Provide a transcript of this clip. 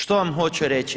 Što vam hoću reći?